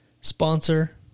sponsor